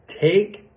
Take